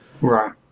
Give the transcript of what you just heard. Right